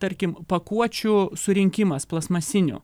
tarkim pakuočių surinkimas plastmasinių